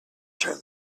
turn